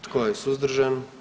Tko je suzdržan?